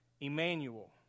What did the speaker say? Emmanuel